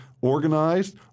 organized